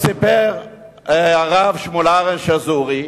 סיפר הרב שמואל אהרן שזורי,